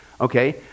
Okay